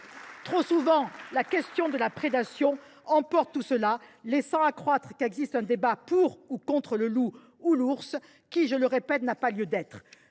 Trop souvent, la question de la prédation emporte tout cela, laissant accroire qu’il existe un débat pour ou contre le loup ou l’ours, alors que, je le répète, celui ci n’a pas lieu d’être.